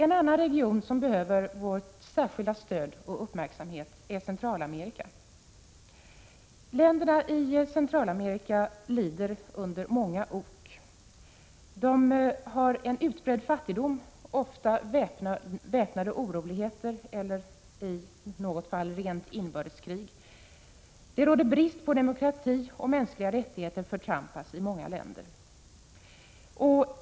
En annan region som behöver vårt särskilda stöd och vår uppmärksamhet är Centralamerika. Länderna i Centralamerika lider under många ok. De har en utbredd fattigdom, ofta väpnade oroligheter och i något fall rent inbördeskrig. Det råder brist på demokrati, och mänskliga rättigheter förtrampas i många länder.